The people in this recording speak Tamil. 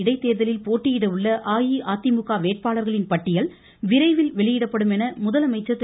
இடைத்தேர்தலில் போட்டியிட உள்ள அஇஅதிமுக வேட்பாளர்களின் பட்டியல் விரைவில் வெளியிடப்படும் என முதலமைச்சர் திரு